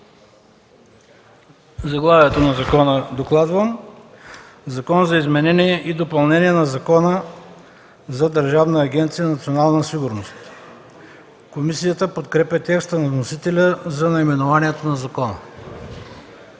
заглавието на закона: „Закон за изменение и допълнение на Закона за Държавна агенция „Национална сигурност”. Комисията подкрепя текста на вносителя за наименованието на закона.